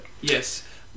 Yes